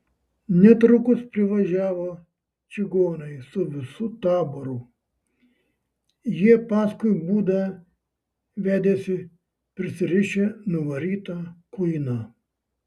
netrukus privažiavo čigonai su visu taboru jie paskui būdą vedėsi prisirišę nuvarytą kuiną